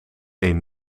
een